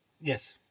Yes